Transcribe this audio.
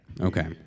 Okay